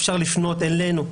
אפשר לפנות אלינו,